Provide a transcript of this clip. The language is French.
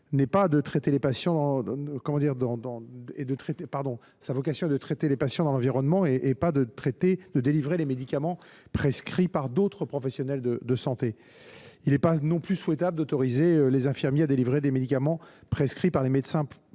vocation est de traiter les patients dans leur environnement et non de délivrer des médicaments prescrits par d’autres professionnels de santé. Il n’est pas non plus souhaitable d’autoriser les infirmiers à délivrer des médicaments prescrits par les médecins